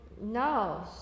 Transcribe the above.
No